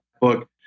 book